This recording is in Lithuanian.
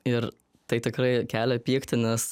ir tai tikrai kelia pyktį nes